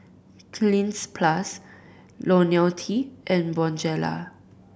Cleanz Plus Ionil T and Bonjela